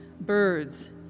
birds